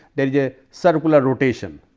there is a circular rotation.